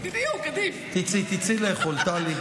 תצאי, תצאי לאכול, טלי.